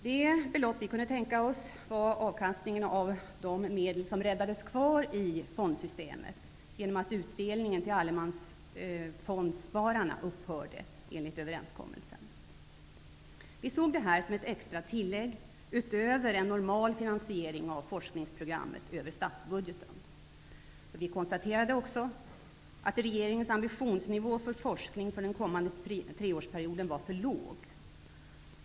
Det belopp vi kunde tänka oss var avkastningen på de medel som räddades kvar i fondsystemet genom att utdelningen till allemansfondsspararna upphörde, enligt överenskommelsen. Vi såg detta som ett extra tillägg utöver en normal finansiering av forskningsprogrammet över statsbudgeten. Vi konstaterade även att regeringens ambitionsnivå för forskningen för den kommande treårsperioden var för låg.